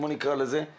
נקרא לזה כך,